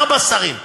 ארבעה שרים לפני,